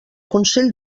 consell